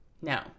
No